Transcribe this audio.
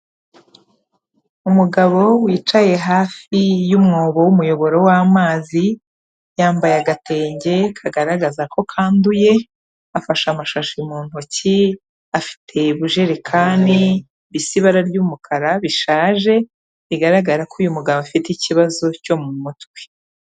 Umugabo wicaye hafi y'umwobo w'umuyoboro w'amazi, yambaye agatenge kagaragaza ko kanduye, afashe amashashi mu ntoki afite ibijerekani bisa ibara ry'umukara bishaje, bigaragara ko uyu mugabo afite ikibazo cyo mu mutwe.